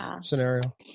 scenario